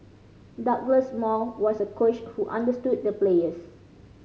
Douglas Moore was a coach who understood the players